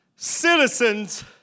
citizens